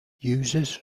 users